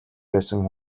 байсан